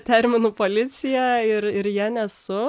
terminų policija ir ir ja nesu